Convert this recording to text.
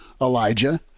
elijah